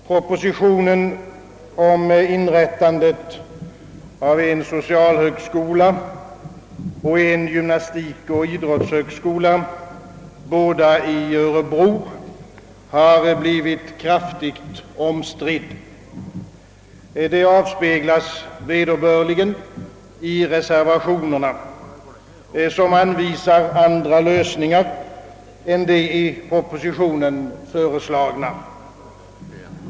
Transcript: Propositionen om inrättande av en socialhögskola och en gymnastikoch idrottshögskola, båda i Örebro, har blivit kraftigt omstridd — det avspeglas vederbörligen i reservationerna, som anvisar andra lösningar än de i propositionen föreslagna.